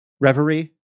reverie